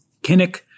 Kinnick